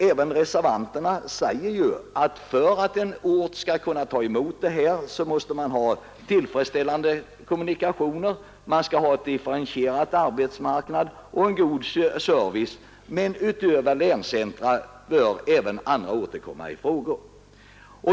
Även reservanterna säger, att för att en ort skall kunna ta emot en utlokalisering måste det finnas tillfredsställande kommunikationer, en differentierad arbetsmarknad och god service. Men även andra orter än länscentra bör komma i fråga.